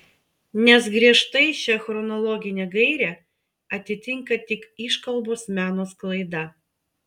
nes griežtai šią chronologinę gairę atitinka tik iškalbos meno sklaida